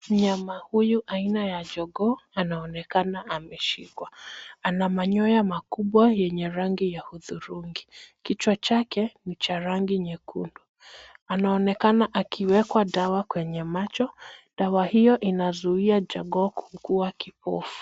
Mnyama huyu aina ya jogoo anaoenkana ameshikwa, ana manyoya makubwa yenye rangi ya hudhurungi. Kichwa chake ni cha rangi nyekundu. Anaonekana akiwekwa dawa kwenye macho, dawa hiyo inazuia jogoo kukuwa kipofu.